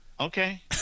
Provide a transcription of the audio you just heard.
Okay